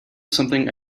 something